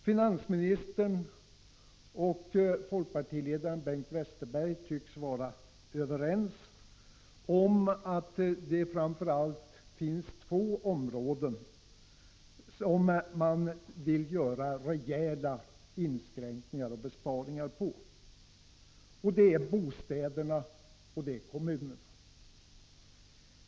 Finansministern och folkpartiledaren Bengt Westerberg tycks vara överens om att det finns framför allt två områden som man vill göra rejäla inskränkningar och besparingar på. Det är bostäderna och kommunerna.